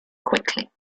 quickly